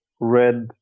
red